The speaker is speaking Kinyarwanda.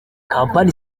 kampani